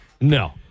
No